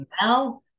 now